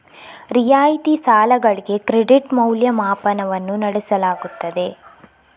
ರಿಯಾಯಿತಿ ಸಾಲಗಳಿಗೆ ಕ್ರೆಡಿಟ್ ಮೌಲ್ಯಮಾಪನವನ್ನು ನಡೆಸಲಾಗುತ್ತದೆ